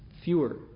Fewer